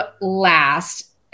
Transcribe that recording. last